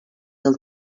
del